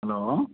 hello